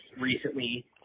recently